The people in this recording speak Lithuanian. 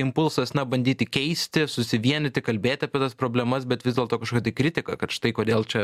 impulsas na bandyti keisti susivienyti kalbėti apie tas problemas bet vis dėlto kažkokia tai kritika kad štai kodėl čia